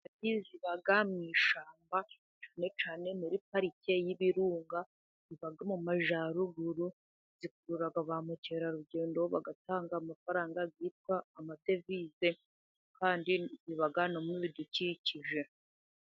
Ingagi ziba mu ishyamba cyane cyane muri parike y'ibirunga, ziba no mu majyaruguru, zikurura ba mukerarugendo bagatanga amafaranga bita amadevize, kandi ziba no mu bidukikije.